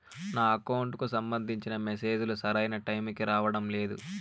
నా అకౌంట్ కు సంబంధించిన మెసేజ్ లు సరైన టైము కి రావడం లేదు